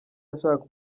ashaka